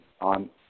on